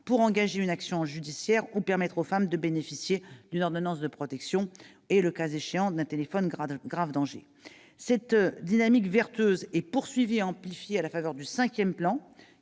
pour engager une action judiciaire ou permettre aux femmes de bénéficier d'une ordonnance de protection et, le cas échéant, d'un téléphone « grave danger ». Cette dynamique vertueuse est poursuivie et amplifiée au travers du cinquième plan